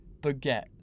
baguette